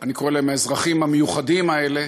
אני קורא להם האזרחים המיוחדים האלה,